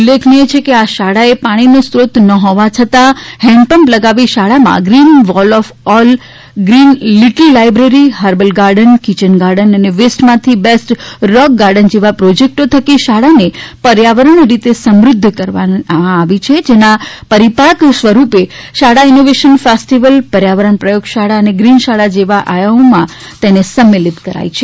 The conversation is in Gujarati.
ઉલ્લેખનીય છે કે આશાળાએ પાણીનો સ્રોત ન હોવા છતાં હેન્ડપમ્પ લગાવી શાળામાં green wall of all green little library herbal garden kitchen garden અને વેસ્ટમાંથી બેસ્ટરોક ગાર્ડન જેવા પ્રોજેક્ટો થકી શાળાને પર્યાવરણીય રીતે સમુદ્ધકરવામાં આવી છે જેના પરિપાક સ્વરૂપે શાળા ઇનોવેશન ફેસ્ટીવલ પર્યાવરણ પ્રયોગશાળા અને ગ્રીન શાળા જેવા આયામોમાં સંમ્મિલીત થઈ છે